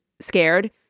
scared